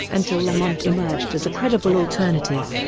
until lamont emerged as a credible alternative.